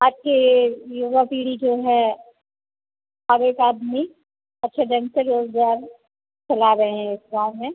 आज के युवा पीढ़ी जो है हर एक आदमी अच्छे ढंग से रोज़गार चला रहे हैं इस गाँव में